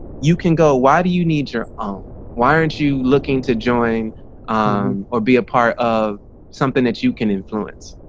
you can go why do you need your own? why aren't you looking to join or be a part of something that you can influence?